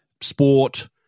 Sport